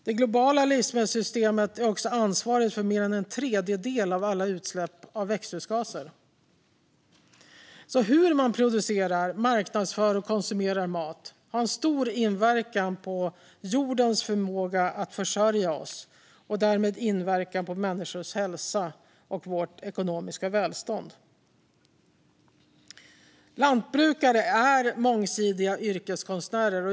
Det globala livsmedelssystemet är också ansvarigt för mer än en tredjedel av alla utsläpp av växthusgaser. Hur man producerar, marknadsför och konsumerar mat har stor inverkan på jordens förmåga att försörja oss och därmed inverkan på människors hälsa och vårt ekonomiska välstånd. Lantbrukare är mångsidiga yrkeskonstnärer.